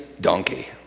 donkey